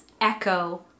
echo